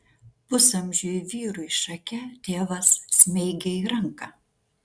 pusamžiui vyrui šake tėvas smeigė į ranką